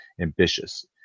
ambitious